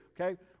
okay